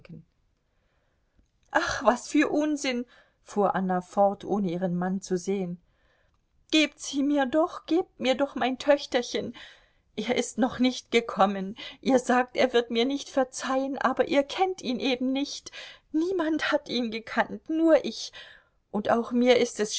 ach was für unsinn fuhr anna fort ohne ihren mann zu sehen gebt sie mir doch gebt mir doch mein töchterchen er ist noch nicht gekommen ihr sagt er wird mir nicht verzeihen aber ihr kennt ihn eben nicht niemand hat ihn gekannt nur ich und auch mir ist es